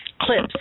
clips